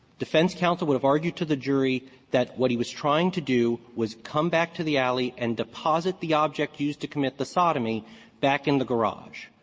defense counsel would have argued to the jury that what he was trying to do was come back to the alley and deposit the object used to commit the sodomy back in the garage.